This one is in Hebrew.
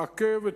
מעכב את